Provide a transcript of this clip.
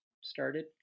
started